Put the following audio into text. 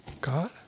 God